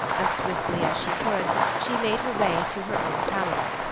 as swiftly as she could she made her way to her own palace.